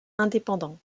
indépendants